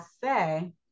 say